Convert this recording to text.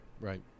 right